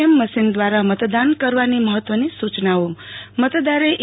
એમ machine દ્રારા મતદાન કરવાની મહત્વની સુ ચનાઓ મતદારે ઈ